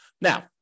now